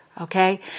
okay